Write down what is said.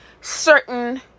certain